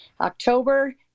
October